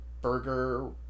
burger